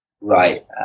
Right